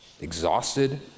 exhausted